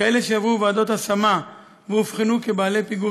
כאלה שעברו ועדות השמה ואובחנו כבעלי פיגור